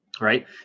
right